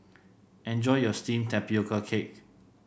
enjoy your steamed Tapioca Cake